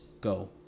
go